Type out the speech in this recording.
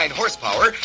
horsepower